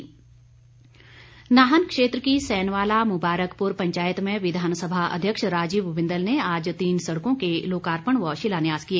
बिंदल नाहन क्षेत्र की सैनवाला मुबारकपुर पंचायत में विधानसभा अध्यक्ष राजीव बिंदल ने आज तीन सड़कों के लोकार्पण व शिलान्यास किए